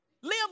Live